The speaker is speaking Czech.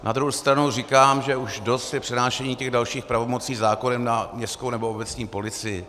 Na druhou stranu říkám, že už dost je přenášení těch dalších pravomocí zákonem na městskou nebo obecní policii.